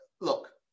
look